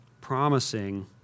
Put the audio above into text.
promising